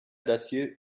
d’acier